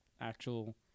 actual